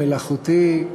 מלאכותי,